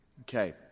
Okay